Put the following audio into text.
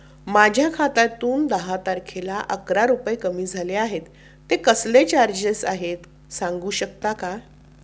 माझ्या खात्यातून दहा तारखेला अकरा रुपये कमी झाले आहेत ते कसले चार्जेस आहेत सांगू शकता का?